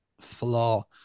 flaw